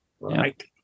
Right